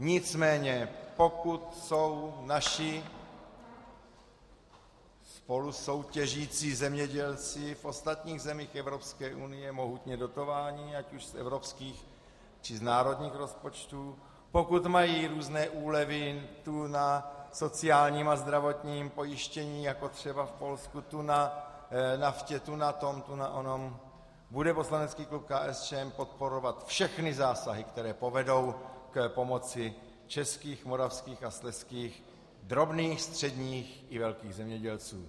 Nicméně pokud jsou naši spolusoutěžící zemědělci v ostatních zemích Evropské unie mohutně dotováni, ať už z evropských, či z národních rozpočtů, pokud mají různé úlevy tu na sociálním a zdravotním pojištění jako třeba v Polsku, tu na naftě, tu na tom, tu na onom, bude poslanecký klub KSČM podporovat všechny zásahy, které povedou k pomoci českým, moravským a slezským drobným, středním i velkým zemědělců.